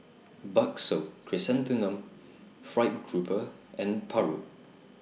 Bakso Chrysanthemum Fried Grouper and Paru